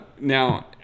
Now